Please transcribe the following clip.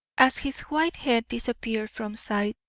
as his white head disappeared from sight,